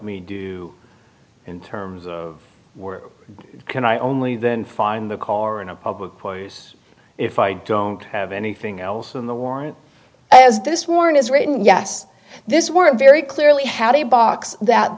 me do in terms of work can i only then find the car in a public place if i don't have anything else in the warrant as this warn is written yes this were very clearly had a box that